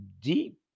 deep